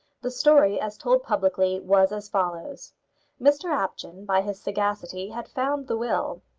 the story, as told publicly, was as follows mr apjohn, by his sagacity, had found the will.